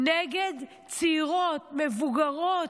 נגד צעירות, מבוגרות,